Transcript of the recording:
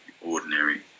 ordinary